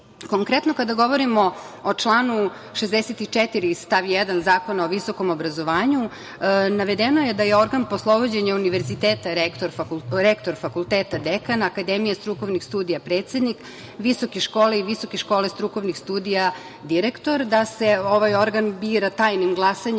kada govorimo o članu 64. stav 1. Zakona o visokom obrazovanju, navedeno je da je organ poslovođenja univerziteta rektor fakulteta dekana, akademije strukovnih studija predsednik, visoke škole i visoke škole strukovnih studija direktor, da se ovaj organ bira tajnim glasanjem